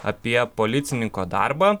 apie policininko darbą